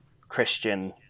Christian